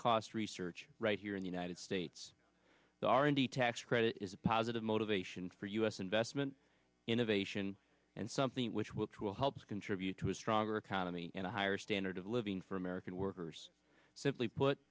cost research right here in the united states the r and d tax credit is a positive motivation for us investment innovation and something which will help contribute to a stronger economy and a higher standard of living for american workers simply put